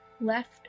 left